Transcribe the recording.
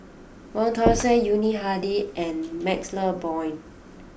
Wong Tuang Seng Yuni Hadi and Maxle Blond